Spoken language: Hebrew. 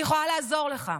אני יכולה לעזור לך.